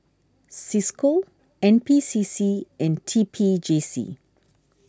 Cisco N P C C and T P J C